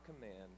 command